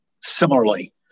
similarly